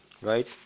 right